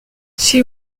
she